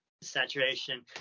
saturation